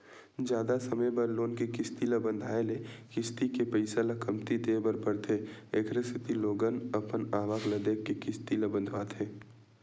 जादा समे बर लोन के किस्ती ल बंधाए ले किस्ती के पइसा ल कमती देय बर परथे एखरे सेती लोगन अपन आवक ल देखके किस्ती ल बंधवाथे